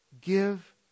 give